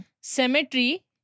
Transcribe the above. cemetery